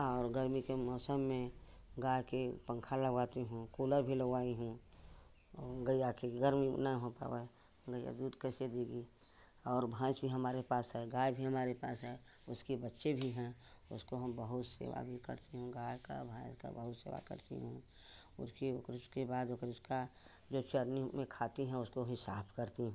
और गर्मी के मौसम में गाई को पंखा लगवाती हूँ कूलर भी लगवाई हूँ गैया के घर में ना हो पाए गैया दूध कैसे देगी और भैंस भी हमारे पास है गाई भी हमारे पास है उसकी बच्चे भी हैं उसकी हम बहुत सेवा भी करती हूँ गाई की भैंस की बहुत सेवा करती हूँ उसके बाद उसका जो चर्नी में खाती हैं उसको भी साफ करती हूँ